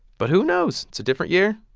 but who knows? it's a different year.